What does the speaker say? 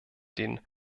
den